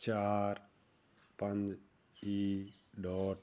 ਚਾਰ ਪੰਜ E dot